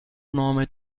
nome